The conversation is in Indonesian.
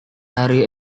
hari